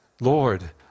Lord